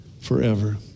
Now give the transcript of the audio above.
forever